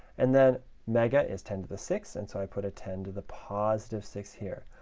and then mega is ten to the six, and so i put a ten to the positive six here.